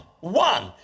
One